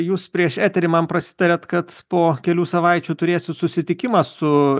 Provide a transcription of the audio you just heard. jūs prieš eterį man prasitarėt kad po kelių savaičių turėsit susitikimą su